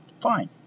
Fine